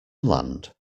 land